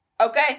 Okay